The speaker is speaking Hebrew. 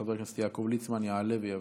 חבר הכנסת יעקב ליצמן יעלה ויבוא.